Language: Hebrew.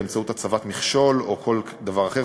באמצעות הצבת מכשול או כל דבר אחר,